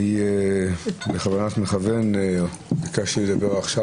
אני בכוונת מכוון ביקשתי לדבר עכשיו,